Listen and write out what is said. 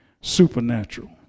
supernatural